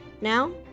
Now